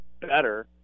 better